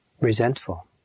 resentful